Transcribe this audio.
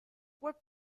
were